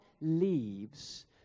leaves